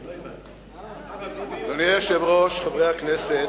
אדוני היושב-ראש, חברי הכנסת,